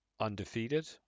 undefeated